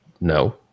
No